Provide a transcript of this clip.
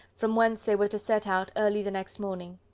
from whence they were to set out early the next morning.